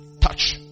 touch